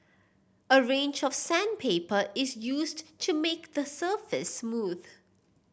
a range of sandpaper is used to make the surface smooth